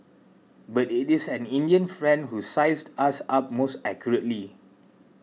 but it is an Indian friend who sized us up most accurately